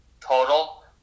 total